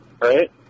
Right